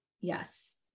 yes